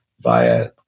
via